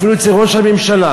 אפילו אצל ראש הממשלה,